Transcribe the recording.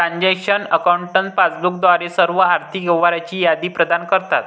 transaction accounts passbook द्वारे सर्व आर्थिक व्यवहारांची यादी प्रदान करतात